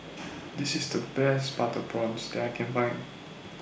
This IS The Best Butter Prawns that I Can Find